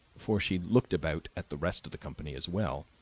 for she looked about at the rest of the company as well,